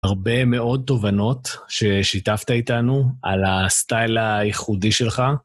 הרבה מאוד תובנות ששיתפת איתנו על הסטייל הייחודי שלך.